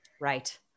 Right